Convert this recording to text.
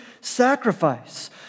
sacrifice